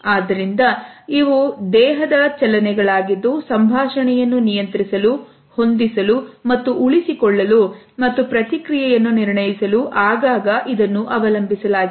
ಆದ್ದರಿಂದ ಇವು ದೇಹದ ಚಲನೆ ಗಳಾಗಿದ್ದು ಸಂಭಾಷಣೆಯನ್ನು ನಿಯಂತ್ರಿಸಲು ಹೊಂದಿಸಲು ಮತ್ತು ಉಳಿಸಿಕೊಳ್ಳಲು ಮತ್ತು ಪ್ರತಿಕ್ರಿಯೆಯನ್ನು ನಿರ್ಣಯಿಸಲು ಆಗಾಗ ಇದನ್ನು ಅವಲಂಬಿಸಲಾಗಿದೆ